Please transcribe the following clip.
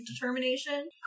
determination